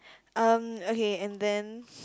um okay and then